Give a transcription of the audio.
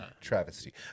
Travesty